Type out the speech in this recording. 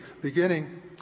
beginning